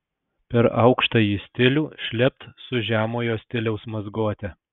per aukštąjį stilių šlept su žemojo stiliaus mazgote